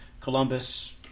Columbus